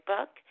Book